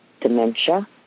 dementia